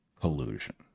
collusion